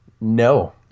No